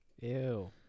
Ew